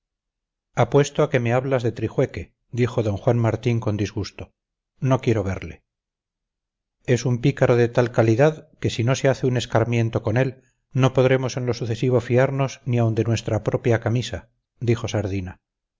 meterse apuesto a que me hablas de trijueque dijo d juan martín con disgusto no quiero verle es un pícaro de tal calidad que si no se hace un escarmiento con él no podremos en lo sucesivo fiarnos ni aun de nuestra propia camisa dijo sardina